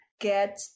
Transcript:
get